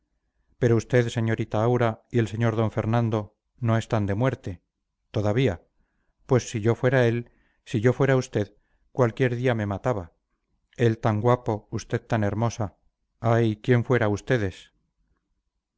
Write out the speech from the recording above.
pero usted señorita aura y el sr d fernando no están de muerte todavía pues si yo fuera él si yo fuera usted cualquier día me mataba él tan guapo usted tan hermosa ay quién fuera ustedes